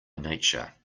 nature